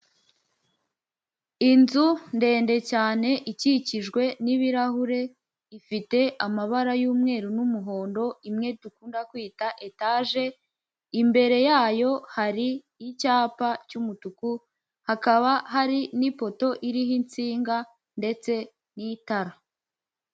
Inzu ndende cyane ikikijwe n'ibirahure ifite amabara y'umweru n'umuhondo imwe dukunda kwita etaje, imbere yayo hari icyapa cy'umutuku hakaba hari n'ipoto iriho insinga ndetse n'itara.